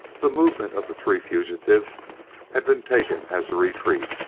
the movement of the three fugitives had been taken as a retreat,